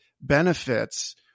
benefits